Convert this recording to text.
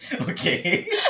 Okay